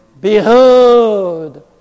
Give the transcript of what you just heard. Behold